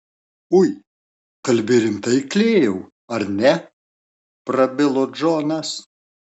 ui kalbi rimtai klėjau ar ne prabilo džonas